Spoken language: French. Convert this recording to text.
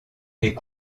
est